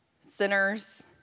sinners